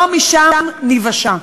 לא משם ניוושע.